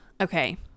okay